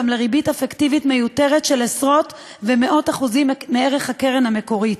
לריבית אפקטיבית מיותרת של עשרות ומאות אחוזים מערך הקרן המקורית.